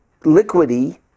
liquidy